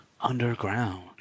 underground